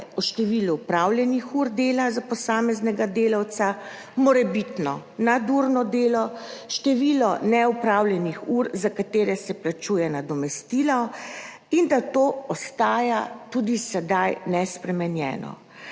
o številu opravljenih ur dela za posameznega delavca, morebitno nadurno delo, število neopravljenih ur, za katere se plačuje nadomestilo, in da to ostaja tudi sedaj nespremenjeno.